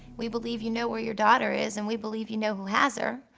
we believe you know where your daughter is and we believe you know who has her,